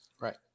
Right